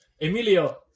Emilio